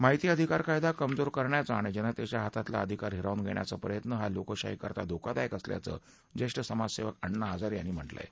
माहिती अधिकार कायदा कमजोर करण्याचा आणि जनतेच्या हातातला अधिकार हिरावून घेण्याचा प्रयत्न हा लोकशाहीकरता धोकादायक असल्याचं जेष्ठ समाजसेवक अण्णा हजारे यांनी म्हटलं आहे